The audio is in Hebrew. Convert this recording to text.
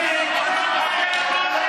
תתביישו.